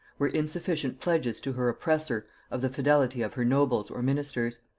were insufficient pledges to her oppressor of the fidelity of her nobles or ministers.